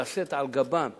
לשאת על גבם אבטחה,